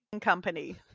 company